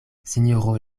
sinjoro